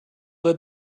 led